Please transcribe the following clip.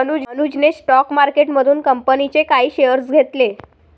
अनुजने स्टॉक मार्केटमधून कंपनीचे काही शेअर्स घेतले